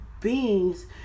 beings